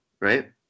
Right